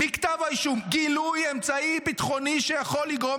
מכתב האישום: גילוי אמצעי ביטחוני שיכול לגרום